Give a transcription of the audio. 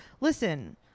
listen